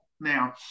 now